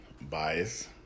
bias